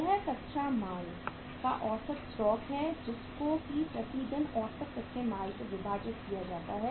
यह कच्चे माल का औसत स्टॉक है जिसको की प्रति दिन औसत कच्चे माल से विभाजित किया जाता है